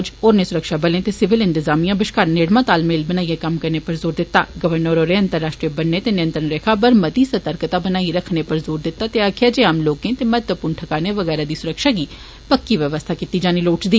उनें फौज होरनें सुरक्षा बलें ते सिविल इंतजामियां बश्कार नेड़मा तालमेल बनाइयै कम्म करने पर जोर दित्ता गवर्नर होरें अंतरराष्ट्रीय बन्ने ते नियंत्रण रेखा पर मती सर्तकता बनाई रखने पर जोर दित्ता ते आक्खेआ जे आम लोकें ते महत्वपूर्ण ठकानें वगैरा दी सुरक्षा दी पक्की व्यवस्था कीती जानी लोड़चदी